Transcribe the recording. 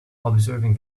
observing